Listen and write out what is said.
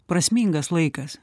prasmingas laikas